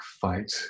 fight